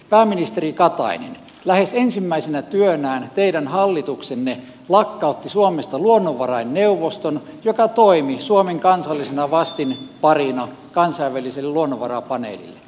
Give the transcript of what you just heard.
pääministeri katainen lähes ensimmäisenä työnään teidän hallituksenne lakkautti suomesta luonnonvarainneuvoston joka toimi suomen kansallisena vastinparina kansainväliselle luonnonvarapaneelille